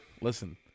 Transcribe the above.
Listen